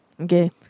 Okay